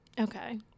okay